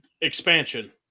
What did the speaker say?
expansion